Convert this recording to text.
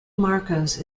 marcos